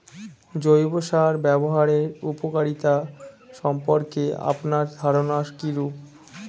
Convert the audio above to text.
জৈব সার ব্যাবহারের উপকারিতা সম্পর্কে আপনার ধারনা কীরূপ?